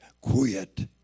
quit